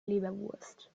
leberwurst